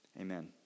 Amen